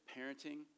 parenting